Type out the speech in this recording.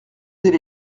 allez